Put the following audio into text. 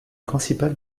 principal